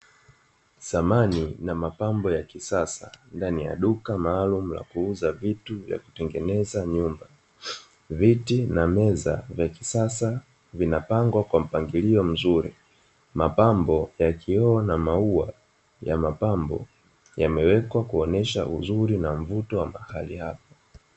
Samani na mapambo ya kisasa ndani ya duka maalumu la kuuza vitu vya kutengeneza nyumba viti na meza vya kisasa vinapangwa kwa mpangilio mzuri mapambo yakiwa na maua ya mapambo yamewekwa kuonesha uzuri na mvuto wa mahali hapo.